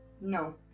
No